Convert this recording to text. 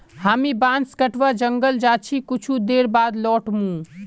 हामी बांस कटवा जंगल जा छि कुछू देर बाद लौट मु